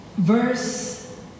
Verse